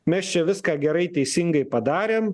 mes čia viską gerai teisingai padarėm